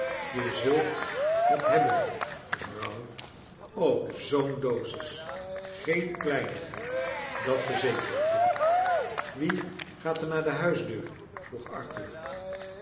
je zult het hebben vrouw o zoo'n dosis geen kleinigheid dat verzeker ik wie gaat er naar de huisdeur vroeg arthur